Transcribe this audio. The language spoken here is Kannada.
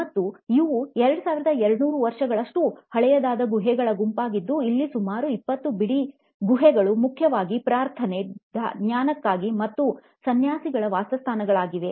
ಮತ್ತು ಇವು 2200 ವರ್ಷಗಳಷ್ಟು ಹಳೆಯದಾದ ಗುಹೆಗಳ ಗುಂಪಾಗಿದ್ದು ಇಲ್ಲಿ ಸುಮಾರು 20 ಬಿಡಿ ಗುಹೆಗಳು ಮುಖ್ಯವಾಗಿ ಪ್ರಾರ್ಥನೆ ಧ್ಯಾನಕ್ಕಾಗಿ ಮತ್ತು ಸನ್ಯಾಸಿಗಳ ವಾಸಸ್ಥಳಗಳಾಗಿವೆ